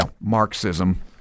Marxism